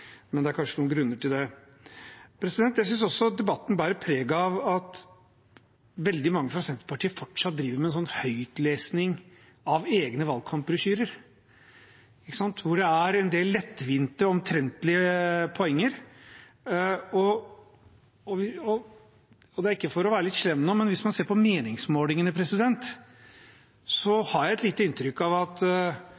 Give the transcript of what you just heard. men det er kanskje noen grunner til det. Jeg synes også debatten bærer preg av at veldig mange fra Senterpartiet fortsatt driver med en høytlesning av egne valgkampbrosjyrer, hvor det er en del lettvinte og omtrentlige poenger. Det er ikke for å være litt slem nå, men hvis man ser på meningsmålingene,